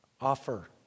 offer